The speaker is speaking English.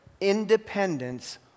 independence